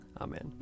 Amen